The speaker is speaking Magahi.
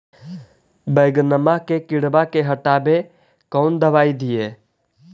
बैगनमा के किड़बा के हटाबे कौन दवाई दीए?